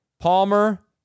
Palmer